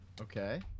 Okay